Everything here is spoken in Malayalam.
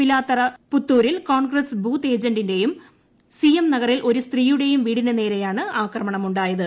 പിലാത്തറ പുത്തൂരിൽ കോൺഗ്രസ് ബൂത്ത് ഏജന്റിന്റെയും സി എം നഗറിൽ ഒരു സ്ത്രീയുടെയും വീടിന് നേരെയാണ് ആക്രമണമുണ്ടായത്